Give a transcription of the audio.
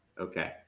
Okay